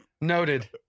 Noted